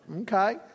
Okay